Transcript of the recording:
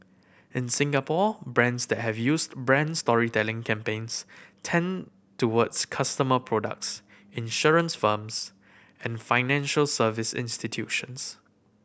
in Singapore brands that have used brands storytelling campaigns tend towards customer products insurance firms and financial service institutions